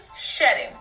shedding